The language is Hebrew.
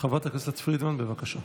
חברת הכנסת פרידמן, בבקשה.